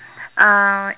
uh